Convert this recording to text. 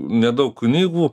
nedaug knygų